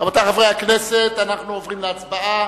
רבותי חברי הכנסת, אנחנו עוברים להצבעה.